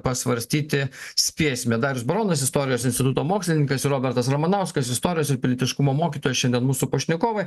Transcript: pasvarstyti spėsime darius baronas istorijos instituto mokslininkas robertas ramanauskas istorijos ir pilietiškumo mokytojas šiandien mūsų pašnekovai